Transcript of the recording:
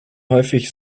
häufig